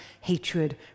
hatred